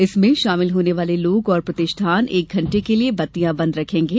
इसमें शामिल होने वाले लोग और प्रतिष्ठान एक घंटे के लिए बत्तियां बंद रखेंगे